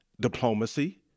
diplomacy